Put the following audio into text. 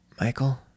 Michael